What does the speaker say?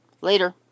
Later